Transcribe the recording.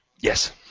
Yes